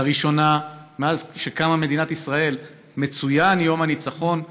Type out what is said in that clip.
לראשונה מאז קמה מדינת ישראל מצוין יום הניצחון,